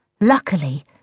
Luckily